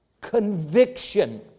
conviction